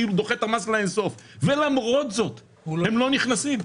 כאילו דוחה את המס לאינסוף ולמרות זאת הם לא נכנסים,